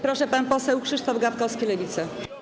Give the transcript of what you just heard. Proszę, pan poseł Krzysztof Gawkowski, Lewica.